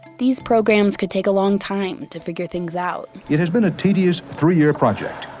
these programs could take a long time to figure things out it has been a tedious three year project.